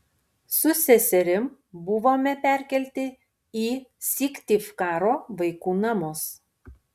su seserim buvome perkelti į syktyvkaro vaikų namus